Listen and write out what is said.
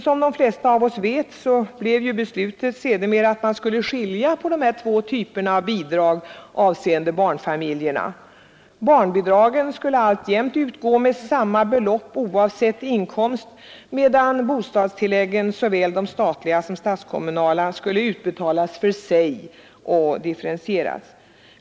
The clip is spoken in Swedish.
Som de flesta av oss vet, blev beslutet sedermera att man skulle skilja på dessa två typer av bidrag avseende barnfamiljerna. Barnbidragen skulle alltjämt utgå med samma belopp oavsett inkomst, medan bostadstilläggen, såväl de statliga som de statskommunala, skulle utbetalas för sig och differentieras.